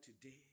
today